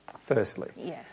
firstly